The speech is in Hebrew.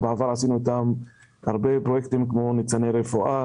בעבר עשינו הרבה פרויקטים כמו ניצני רפואה,